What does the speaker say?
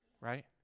right